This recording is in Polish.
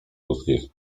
ludzkich